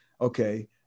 okay